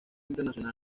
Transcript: internacional